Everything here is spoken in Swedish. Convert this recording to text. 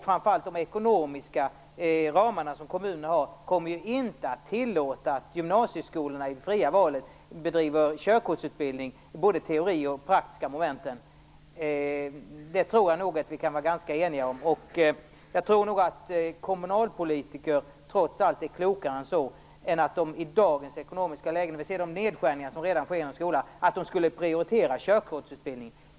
Framför allt kommer kommunernas ekonomi inte att tillåta att gymnasieskolorna inom ramen för det fria valet erbjuder teoretisk och praktisk körkortsutbildning. Jag tror att vi kan vara ganska eniga om det. Kommunalpolitiker är trots allt klokare än att de i dagens ekonomiska läge, med de nedskärningar som redan sker inom skolan, prioriterar körkortsutbildning.